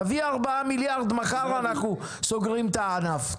תביא ארבעה מיליארד מחר אנחנו סוגרים את הענף.